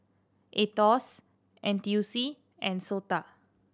Aetos N T U C and SOTA